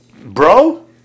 bro